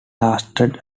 lasted